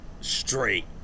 straight